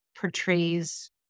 portrays